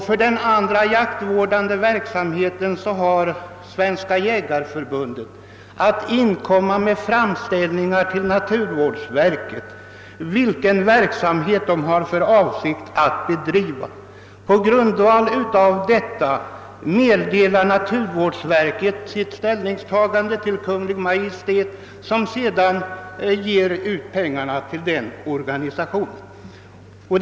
För övrig jaktvårdande verksamhet har Svenska jägareförbundet att inkomma med framställningar till naturvårdsverket om bidrag till den verksamhet man har för avsikt att bedriva. Naturvårdsverket meddelar Kungl. Maj:t sitt ställningstagande, och Kungl. Maj:t beviljar sedan pengarna till organisationen.